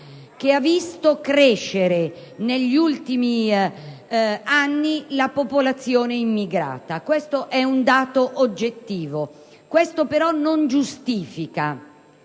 che ha visto crescere negli ultimi anni la popolazione immigrata. Questo è un dato oggettivo. [**Presidenza della vice